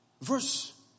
Verse